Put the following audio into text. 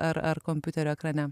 ar ar kompiuterio ekrane